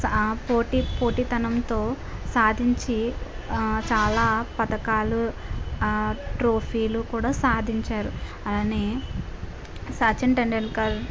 ఆ పోటీ పోటీ తనంతో సాధించి చాలా పథకాలు ట్రోఫీలు కూడా సాధించారు అలానే సచిన్ టెండూల్కర్